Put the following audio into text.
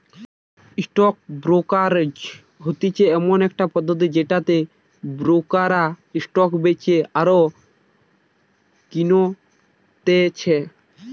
stock brokerage হতিছে এমন একটা পদ্ধতি যেটাতে ব্রোকাররা স্টক বেচে আর কিনতেছে